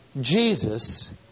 Jesus